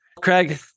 Craig